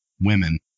women